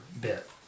bit